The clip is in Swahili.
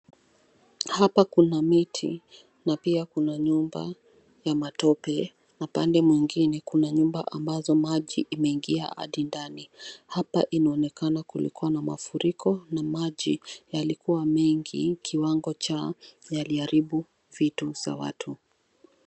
Hapa kuna miti na pia kuna nyumba ya matope na pande nyingine kuna nyumba ambazo maji imeingia hadi ndani. Hapa inaonekana kulikuwa na mafuriko na maji yalikuwa mengi kiwango cha yaliharibu vitu za watu.